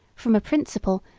from a principle,